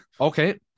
okay